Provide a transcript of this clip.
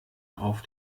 auf